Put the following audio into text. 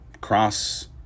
cross